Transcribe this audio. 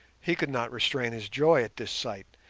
he could not restrain his joy at this sight,